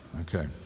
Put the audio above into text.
Okay